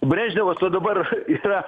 brežnevas va dabar jis yra